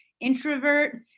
introvert